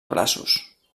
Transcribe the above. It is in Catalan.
braços